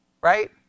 right